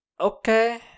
Okay